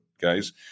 guys